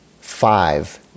five